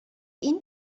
این